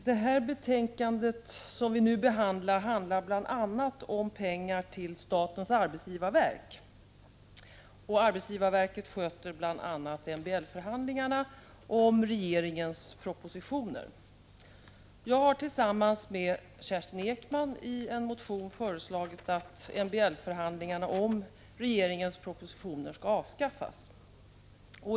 Herr talman! Det betänkande som vi nu debatterar handlar bl.a. om pengar till statens arbetsgivarverk. Arbetsgivarverket sköter bl.a. MBL förhandlingarna om regeringens propositioner. Jag har tillsammans med Kerstin Ekman i en motion föreslagit att MBL-förhandlingarna om regeringens propositioner skall avskaffas.